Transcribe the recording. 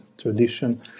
tradition